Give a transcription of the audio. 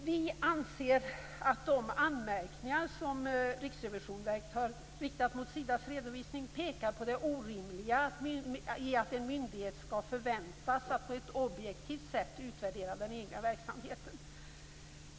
Vi anser att de anmärkningar som Riksrevisionsverket har riktat mot Sidas redovisning pekar på det orimliga i att en myndighet förväntas att på ett objektivt sätt utvärdera den egna verksamheten.